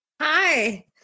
Hi